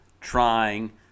trying